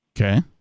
Okay